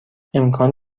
امکان